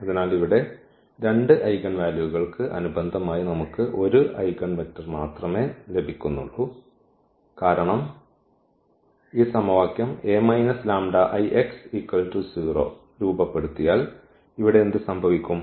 അതിനാൽ ഇവിടെ 2 ഐഗൻവാലുവുകൾക്ക് അനുബന്ധമായി നമുക്ക് 1 ഐഗൻവെക്റ്റർ മാത്രമേ ലഭിക്കുന്നുള്ളൂ കാരണം ഈ സമവാക്യം A λIx0 രൂപപ്പെടുത്തിയാൽ ഇവിടെ എന്ത് സംഭവിക്കും